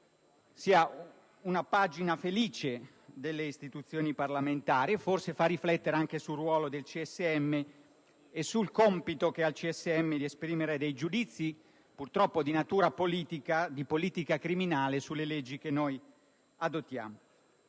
sia una pagina felice delle istituzioni parlamentari, e forse può far riflettere anche sul ruolo del CSM e sul suo compito di esprimere giudizi ‑ purtroppo di natura politica, e di politica criminale ‑ sulle leggi che adottiamo.